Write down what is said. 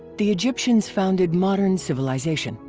the egyptians founded modern civilization.